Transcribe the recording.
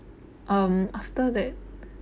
um after that